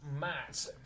Matt